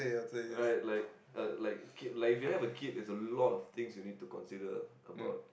right like uh like like if you have a kid is a lot of things you need to consider about